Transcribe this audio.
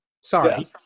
Sorry